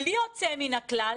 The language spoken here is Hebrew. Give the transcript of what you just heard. בלי יוצא מן הכלל,